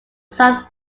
south